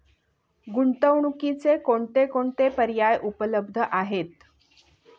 गुंतवणुकीचे कोणकोणते पर्याय उपलब्ध आहेत?